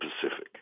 Pacific